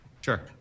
Sure